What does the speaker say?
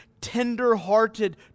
tender-hearted